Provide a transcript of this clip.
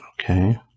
Okay